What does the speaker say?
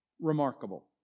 Remarkable